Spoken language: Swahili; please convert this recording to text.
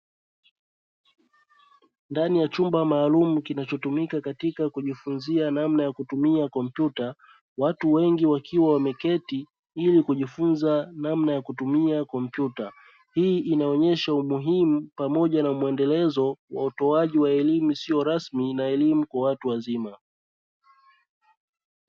Ndani ya chumba maalumu kinachotumika katika kujifunzia namna ya kutumia kompyuta, watu wengi wakiwa wameketi ili kujifunza namna ya kutumia kompyuta hii inaonyesha umuhimu pamoja na mwendelezo wa utoaji wa elimu isiyo rasmi na elimu kwa watu wazima.